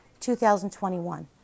2021